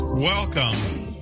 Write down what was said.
Welcome